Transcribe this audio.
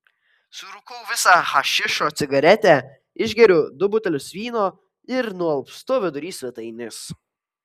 surūkau visą hašišo cigaretę išgeriu du butelius vyno ir nualpstu vidury svetainės